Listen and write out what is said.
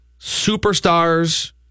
superstars